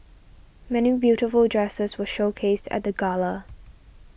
many beautiful dresses were showcased at the gala